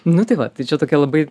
nu tai va tai čia tokia labai